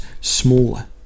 smaller